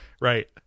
Right